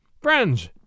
Friends